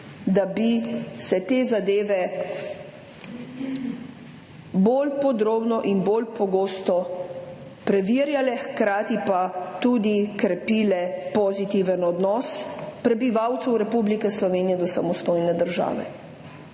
da bi se te zadeve bolj podrobno in bolj pogosto preverjale, hkrati pa tudi krepile pozitiven odnos prebivalcev Republike Slovenije do samostojne države.